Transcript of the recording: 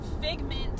Figment